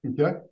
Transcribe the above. Okay